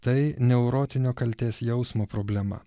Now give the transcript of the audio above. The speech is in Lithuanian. tai neurotinio kaltės jausmo problema